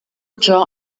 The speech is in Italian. ciò